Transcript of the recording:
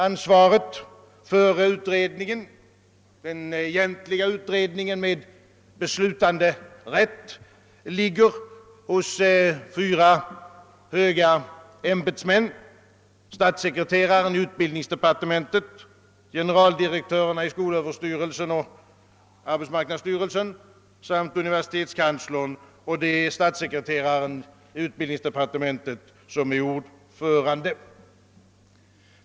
Ansvaret för den egentliga utredningen med beslutanderätt ligger hos fyra höga ämbetsmän: statssekreteraren i utbildningsdepartementet, generaldirektörerna i skolöverstyrelsen och arbetsmarknadsstyrelsen samt <universitetskanslern, och statssekreteraren i utbildningsdepartementet är ordförande.